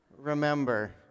remember